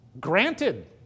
Granted